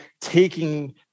taking